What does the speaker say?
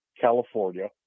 california